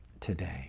today